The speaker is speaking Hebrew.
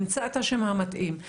נמצא את השם המתאים,